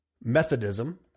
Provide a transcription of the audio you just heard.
Methodism